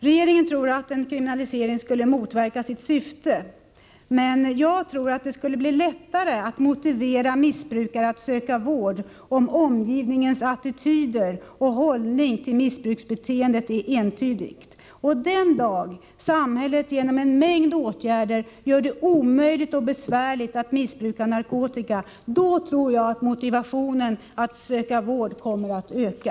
Regeringen tror att en kriminalisering skulle motverka sitt syfte. Men jag tror att det skulle bli lättare att motivera missbrukare att söka vård om omgivningens attityder och hållning till missbruksbeteendet är entydiga. Den dag samhället genom en mängd åtgärder gör det besvärligt att missbruka narkotika, tror jag att motivationen att söka vård kommer att öka.